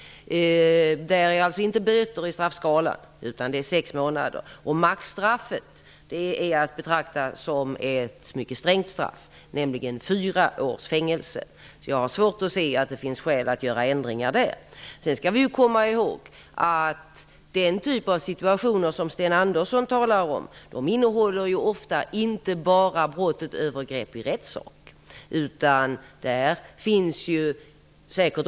Det finns alltså inte böter i straffskalan, utan sex månaders fängelse är minimum. Maxstraffet är att betrakta som ett mycket strängt straff, nämligen fyra års fängelse. Jag har svårt att se att det finns skäl att göra ändringar på det området. Vi skall komma ihåg att det i de situationer som Sten Andersson talar om ofta förekommer brott utöver övergrepp i rättssak.